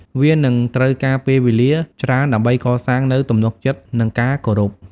វានឹងត្រូវការពេលវេលាច្រើនដើម្បីកសាងនូវទំនុកចិត្តនិងការគោរព។